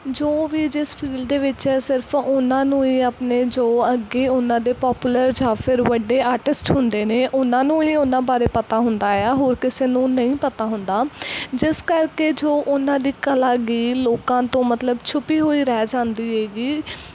ਜੋ ਵੀ ਜਿਸ ਫੀਲਡ ਦੇ ਵਿੱਚ ਹੈ ਸਿਰਫ ਉਹਨਾਂ ਨੂੰ ਹੀ ਆਪਣੇ ਜੋ ਅੱਗੇ ਉਹਨਾਂ ਦੇ ਪਾਪੂਲਰ ਜਾਂ ਫਿਰ ਵੱਡੇ ਆਰਟਿਸਟ ਹੁੰਦੇ ਨੇ ਉਹਨਾਂ ਨੂੰ ਹੀ ਉਹਨਾਂ ਬਾਰੇ ਪਤਾ ਹੁੰਦਾ ਆ ਹੋਰ ਕਿਸੇ ਨੂੰ ਨਹੀਂ ਪਤਾ ਹੁੰਦਾ ਜਿਸ ਕਰਕੇ ਜੋ ਉਹਨਾਂ ਦੀ ਕਲਾ ਹੈਗੀ ਲੋਕਾਂ ਤੋਂ ਮਤਲਬ ਛੁਪੀ ਹੋਈ ਰਹਿ ਜਾਂਦੀ ਹੈਗੀ